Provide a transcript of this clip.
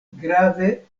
grave